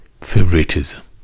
favoritism